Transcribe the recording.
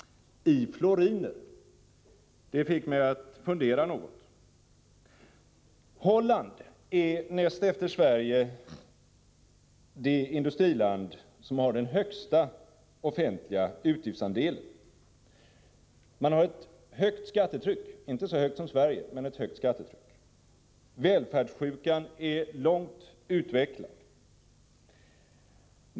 I floriner! Det fick mig att fundera något. Holland är näst efter Sverige det industriland som har den högsta offentliga utgiftsandelen. Man har ett högt skattetryck där, inte så högt som Sverige men högt är det. Välfärdssjukan är långt utvecklad.